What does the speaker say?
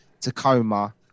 Tacoma